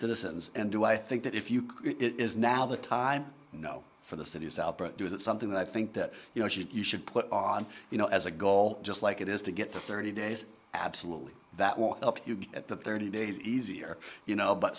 citizens and do i think that if you could it is now the time you know for the city's out but do it something that i think that you know should you should put on you know as a goal just like it is to get the thirty days absolutely that will help you get at the thirty days easier you know but